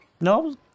No